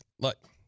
Look